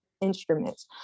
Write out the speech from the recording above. instruments